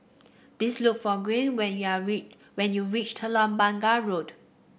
please look for Gwen when you are reach when you reach Telok Blangah Road